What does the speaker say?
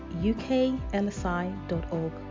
uklsi.org